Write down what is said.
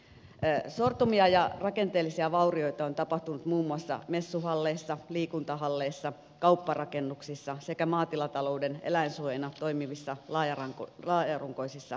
sortumia ja rakenteellisia vaurioita on tapahtunut muun muassa messuhalleissa liikuntahalleissa kaupparakennuksissa sekä maatilatalouden eläinsuojina toimivissa laajarunkoisissa rakennuksissa